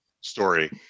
story